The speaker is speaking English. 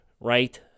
right